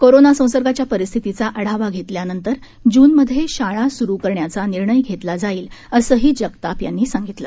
corona संसर्गाच्या परिस्थितीचा आढावा घेतल्यानंतर जून मध्ये शाळा स्रु करण्याचा निर्णय घेतला जाईल असंही जगताप यांनी सांगितलं